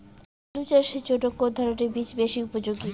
আলু চাষের জন্য কোন ধরণের বীজ বেশি উপযোগী?